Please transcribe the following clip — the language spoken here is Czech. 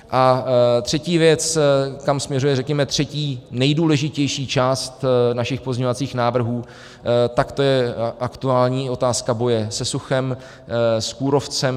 A třetí věc, kam směřuje, řekněme, třetí nejdůležitější část našich poznávacích návrhů, to je aktuální otázka boje se suchem, s kůrovcem.